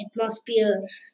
atmospheres